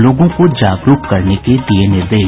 लोगों को जागरूक करने के दिये निर्देश